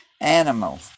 animal